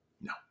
No